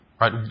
Right